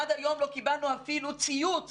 עד היום לא קיבלנו אפילו ציוץ